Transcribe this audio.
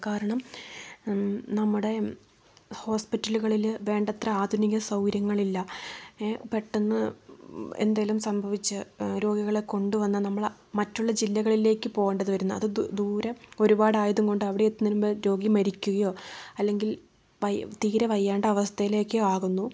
കാരണം നമ്മുടെ ഹോസ്പിറ്റലുകളിൽ വേണ്ടത്ര ആധുനിക സൗകര്യങ്ങളില്ല പെട്ടെന്ന് എന്തേലും സംഭവിച്ച് രോഗികളെ കൊണ്ടുവന്നാൽ നമ്മൾ ആ മറ്റുള്ള ജില്ലകളിലേക്ക് പോകേണ്ടതു വരുന്നു അത് ദൂരം ഒരുപാടായതുംകൊണ്ട് അവിടെ എത്തുന്നതിനു മുൻപേ രോഗി മരിക്കുകയോ അല്ലെങ്കിൽ തീരെ വയ്യാണ്ട് അവസ്ഥയിലേക്ക് ആകുന്നു